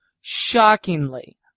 Shockingly